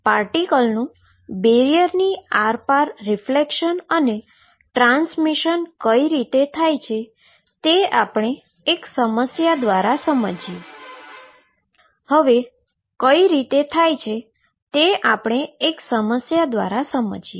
પાર્ટીકલનું બેરીયરની આરપાર રીફ્લેક્શન અને ટ્રાન્સમીશન કઈ રીતે થાય છે તે હવે આપણે એક સમસ્યા દ્વારા સમજીએ